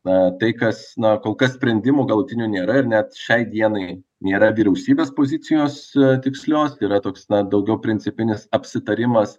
na tai kas na kol kas sprendimo galutinio nėra ir net šiai dienai nėra vyriausybės pozicijos tikslios yra toks na daugiau principinis apsitarimas